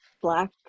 Black